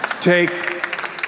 Take